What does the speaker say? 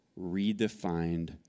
redefined